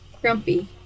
grumpy